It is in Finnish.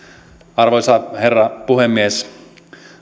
arvoisa herra puhemies